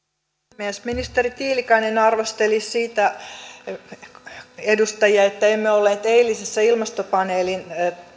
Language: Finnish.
puhemies ministeri tiilikainen arvosteli edustajia siitä että emme olleet eilisessä ilmastopaneelin